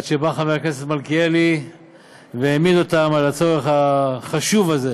עד שבא חבר הכנסת מלכיאלי והעמיד אותם על הצורך החשוב הזה.